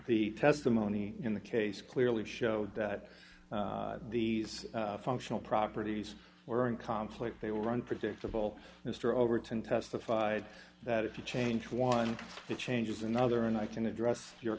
the testimony in the case clearly show that these functional properties or in conflict they were unpredictable mr overton testified that if you change one it changes another and i can address your